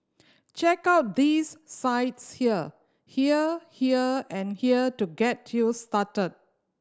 check out these sites here here here and here to get you started